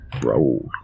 Bro